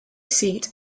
seat